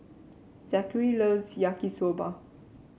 Zachery loves Yaki Soba